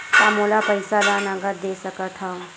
का मोला पईसा ला नगद दे सकत हव?